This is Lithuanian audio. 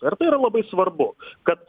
ir tai yra labai svarbu kad